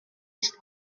ist